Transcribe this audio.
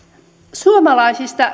suomalaisista